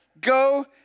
Go